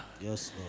yes